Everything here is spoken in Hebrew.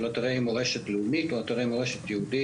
אתרי מורשת לאומית או אתרי מורשת יהודית,